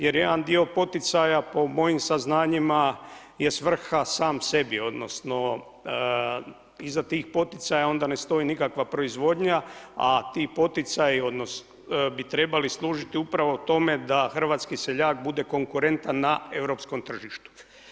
Jer jedan dio poticaja po mojim saznanjima je svrha sam sebi, odnosno, iza tih poticaja ne stoji nikakva proizvodnja, a ti poticaji bi trebali služit upravo tome da hrvatski seljak bude konkurentan na europskom tržištu.